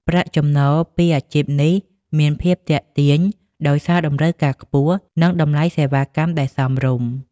ប្រាក់ចំណូលពីអាជីពនេះមានភាពទាក់ទាញ ដោយសារតម្រូវការខ្ពស់ និងតម្លៃសេវាកម្មដែលសមរម្យ។